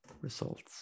results